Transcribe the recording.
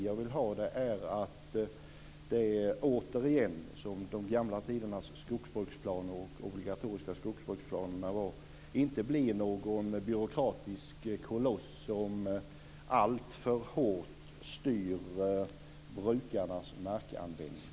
Jag vill ha en garanti för att detta inte blir någon byråkratisk koloss som alltför hårt styr brukarnas markanvändning.